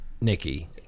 nikki